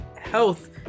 health